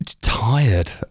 tired